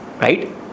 Right